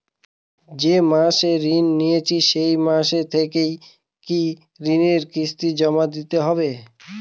যে মাসে ঋণ নিয়েছি সেই মাস থেকেই কি ঋণের কিস্তি জমা করতে হবে?